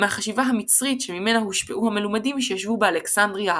מהחשיבה המיצרית שממנה הושפעו המלומדים שישבו באלכסנדריה העתיקה.